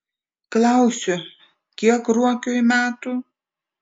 klausiu kiek ruokiui metų